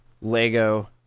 Lego